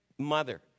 mother